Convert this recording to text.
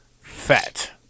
fat